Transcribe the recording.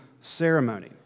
ceremony